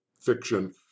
fiction